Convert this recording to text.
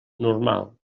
normal